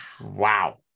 Wow